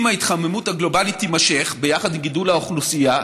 אם ההתחממות הגלובלית תימשך ביחד עם גידול האוכלוסייה,